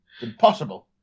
impossible